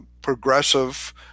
progressive